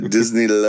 Disney